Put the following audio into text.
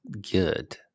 good